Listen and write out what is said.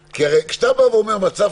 הוא מגיע לחירום לפני --- כשאתה אומר מצב